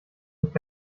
nicht